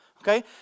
okay